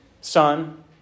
son